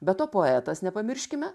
be to poetas nepamirškime